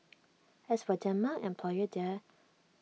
as for Denmark employer there